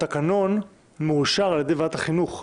התקנון מאושר על-ידי ועדת החינוך.